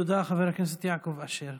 תודה, חבר הכנסת יעקב אשר.